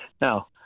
Now